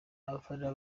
abafana